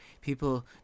people